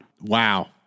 Wow